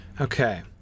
Okay